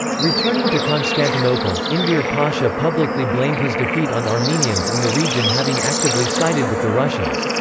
returning to constantinople, enver pasha publicly blamed his defeat on armenians in the region having actively sided with the russians.